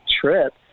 trip